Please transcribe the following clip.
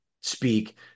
speak